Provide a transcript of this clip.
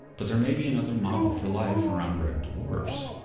but there may be another model for life around red dwarfs.